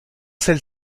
celle